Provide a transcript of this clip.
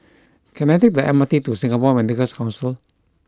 can I take the M R T to Singapore Medical Council